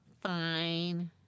Fine